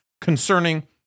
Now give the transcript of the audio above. concerning